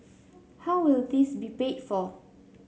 how will this be paid for